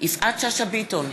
יפעת שאשא ביטון,